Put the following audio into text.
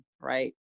right